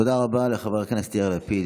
תודה רבה לחבר הכנסת יאיר לפיד,